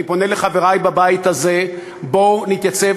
ואני פונה לחברי בבית הזה: בואו נתייצב